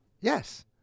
Yes